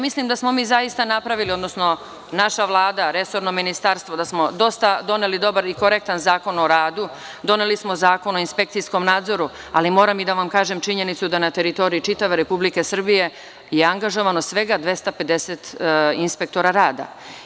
Mislim da smo mi zaista napravili, odnosno naša vlada i resorno ministarstvo, da smo dosta doneli dobar i korektan Zakon o radu, doneli smo Zakon o inspekcijskom nadzoru, ali moram i da vam kažem činjenicu da je na teritoriji čitave Republike Srbije angažovano svega 250 inspektora rada.